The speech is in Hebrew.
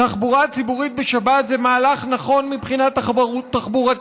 תחבורה ציבורית בשבת זה מהלך נכון מבחינה תחבורתית: